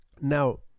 Now